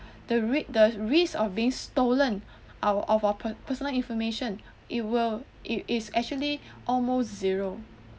the re~ the risk of being stolen our of our personal information it will it is actually almost zero